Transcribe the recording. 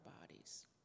bodies